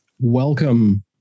Welcome